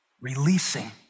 releasing